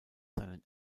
seinen